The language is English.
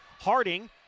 Harding